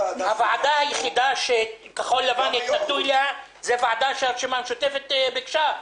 הוועדה היחידה שכחול לבן התנגדו אליה זאת הוועדה שהרשימה המשותפת ביקשה,